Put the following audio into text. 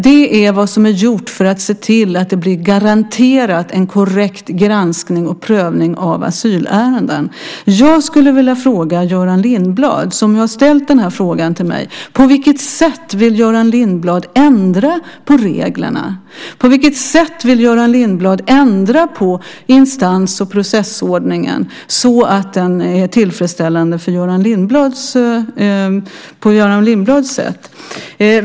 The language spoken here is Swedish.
Det är vad som är gjort för att se till att det garanteras en korrekt granskning och prövning av asylärenden. Jag skulle vilja fråga Göran Lindblad, som ju ställt frågan till mig: På vilket sätt vill Göran Lindblad ändra på reglerna och på vilket sätt vill Göran Lindblad ändra på instans och processordningen så att den är tillfredsställande på Göran Lindblads sätt?